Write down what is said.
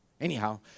Anyhow